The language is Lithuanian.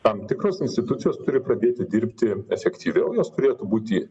tam tikros institucijos turi pradėti dirbti efektyviau jos turėtų būti